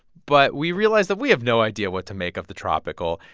but we realized that we have no idea what to make of the tropickle.